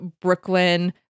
Brooklyn